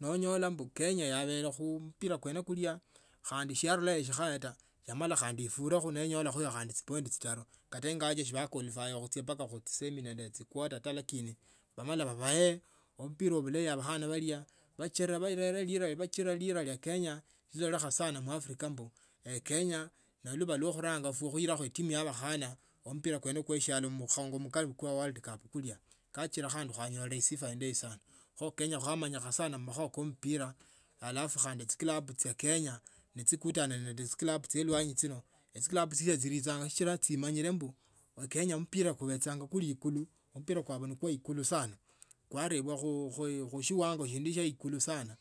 Nonyola ombu kenya yavele khumpira kweno julia khandi siyarulakho shikhaya ta. Yamala khandi ifurokho niinyolaka tsipoint tsitaru. Kate ingawaje sivakwolifaya mpaka khutsiseni nende khutsikwotq lakini vamale vavaye ompira vulryi avakhana valia vachira valera vachira elira lia kenya lilolakha sana mwafuka ombu kenya niluva luokhuranga ewe ewe khuyilakho etimu ya vakhana mpira kwenye kwe shalo mukhongo mkali khuli kwa world cup kulia. kachira sana handing khwanyola esifa indeyi sana. kho kenya khwamanyi kha sana mumakhuva kompira alafu khandi etsikilabu tsya kenya. netsikutane nende etsikilabu tsie lwanyi tsino etsikilabu tsilia tsiritsanga sichira tsimanyire ombu vakenya mpira kuvetsanga kuli ikulu mpira kwavo ni kwaikulu sana kwarerwa khu u shiwango shindi sha ikulu sana.